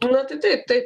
nu tai tiktai tai